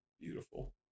Beautiful